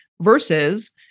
versus